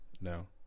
No